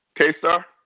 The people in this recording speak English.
K-Star